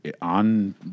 on